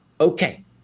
Okay